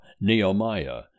Nehemiah